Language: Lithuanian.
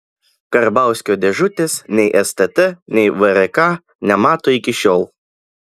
karbauskio dėžutės nei stt nei vrk nemato iki šiol